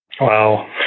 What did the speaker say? Wow